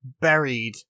buried